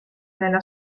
nella